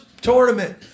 tournament